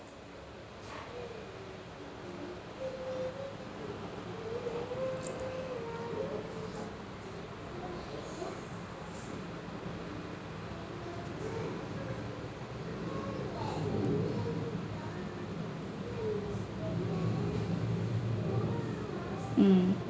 um